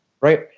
Right